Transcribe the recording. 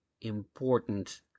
important